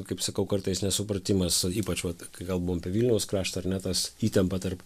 kaip sakau kartais nesupratimas ypač vat kai kalbam apie vilniaus kraštą ar ne tas įtampą tarp